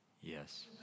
Yes